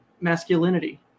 masculinity